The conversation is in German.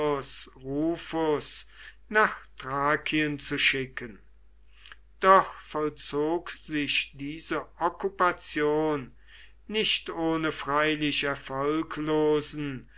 nach thrakien zu schicken doch vollzog sich diese okkupation nicht ohne freilich erfolglosen